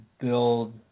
build